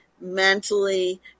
mentally